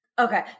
Okay